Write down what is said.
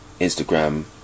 Instagram